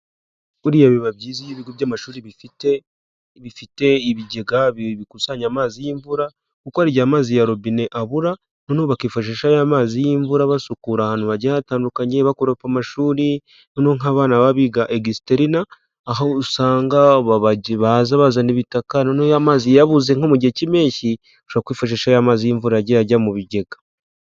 Buriya biba byiza iyo ibigo by'amashuri bifite..., ibifite ibigega bikusanya amazi y'imvura, kuko hari igihe amazi ya robine abura, noneho bakifashisha ya mazi y'imvura basukura ahantu hajyiye hatandukanye, bakoropa amashuri; noneho nk'abana biga egisiterina, aho usanga baza bazana ibitaka, noneho ya mazi yabuze nko mu gihe cy'impeshyi, ushobora kwifashisha ya mazi y'imvura yagiye ajya mu bigega.